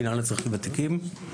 מנהל לאזרחים ותיקים.